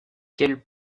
quelle